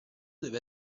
deve